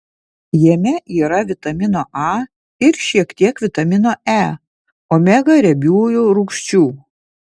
jame yra vitamino a ir šiek tiek vitamino e omega riebiųjų rūgščių